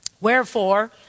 Wherefore